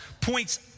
points